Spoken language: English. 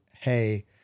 Hey